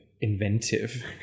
inventive